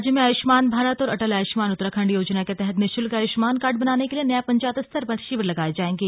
राज्य में आयुष्मान भारत और अटल आयुष्मान उत्तराखण्ड योजना के तहत निशुल्क आयुष्मान कार्ड बनाने के लिये न्याय पंचायत स्तर पर शिविर लगाये जायेंगे